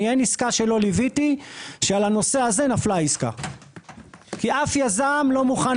אין עסקה שלא ליוויתי שעל הנושא הזה נפלה העסקה כי אף יזם לא מוכן